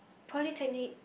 polytechnic